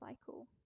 cycle